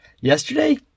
Yesterday